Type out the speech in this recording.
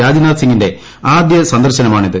രാജ്നാഥ് സിങ്ങിന്റെ ആദ്യ സന്ദർശനമാണിത്